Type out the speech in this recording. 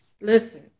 listen